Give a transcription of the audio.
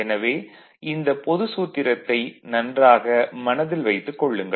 எனவே இந்த பொது சூத்திரத்தை நன்றாக மனதில் வைத்துக் கொள்ளுங்கள்